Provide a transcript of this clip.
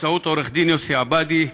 באמצעות עורך-דין יוסי עבאדי,